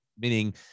Meaning